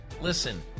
listen